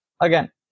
again